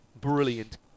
brilliant